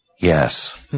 Yes